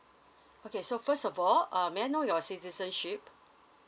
okay so first of all uh may I know your citizenship